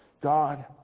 God